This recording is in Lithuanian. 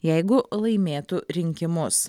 jeigu laimėtų rinkimus